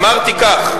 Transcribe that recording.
אמרתי כך: